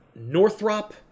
Northrop